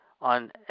on